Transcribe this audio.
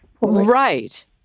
Right